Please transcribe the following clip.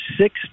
six